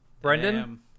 Brendan